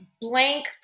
blank